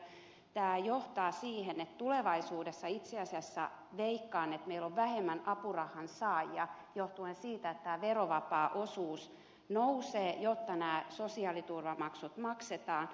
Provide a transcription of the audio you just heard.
tämä johtaa siihen että tulevaisuudessa itse asiassa veikkaan meillä on vähemmän apurahansaajia johtuen siitä että tämä verovapaa osuus nousee jotta nämä sosiaaliturvamaksut maksetaan